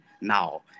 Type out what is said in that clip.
now